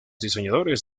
diseñadores